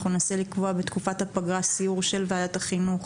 אנחנו ננסה לקבוע בתקופת הפגרה סיור של ועדת החינוך,